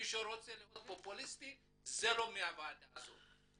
מי שרוצה להיות פופוליסטי זה לא בוועדה הזאת,